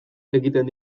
egiten